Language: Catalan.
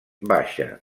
baixa